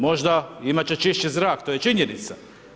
Možda imat će čišći zrak, to je činjenica.